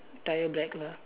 tyre black lah